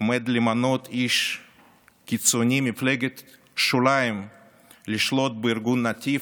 עומד למנות איש קיצוני ממפלגת שוליים לשלוט בארגון נתיב,